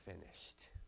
finished